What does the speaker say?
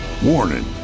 Warning